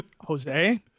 Jose